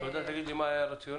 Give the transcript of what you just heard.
את יודעת להגיד לי מה היה הרציונל?